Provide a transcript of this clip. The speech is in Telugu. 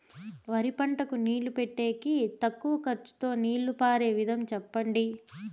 వరి పంటకు నీళ్లు పెట్టేకి తక్కువ ఖర్చుతో నీళ్లు పారే విధం చెప్పండి?